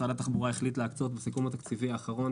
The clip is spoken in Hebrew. שר התחבורה החליט להקצות בסיכום התקציבי האחרון